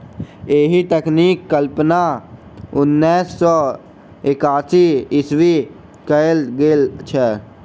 एहि तकनीकक कल्पना उन्नैस सौ एकासी ईस्वीमे कयल गेल छलै